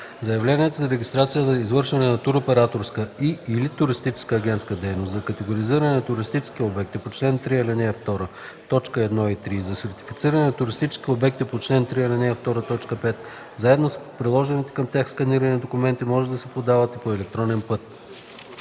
Заявленията за регистрация за извършване на туроператорска и/или туристическа агентска дейност, за категоризиране на туристически обекти по чл. 3, ал. 2, т. 1-3 и за сертифициране на туристически обекти по чл. 3, ал. 2, т. 5, заедно с приложените към тях сканирани документи, може да се подават и по електронен път.